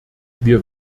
wir